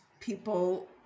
people